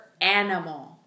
animal